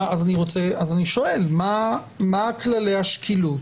אני שואל מה כללי השקילות,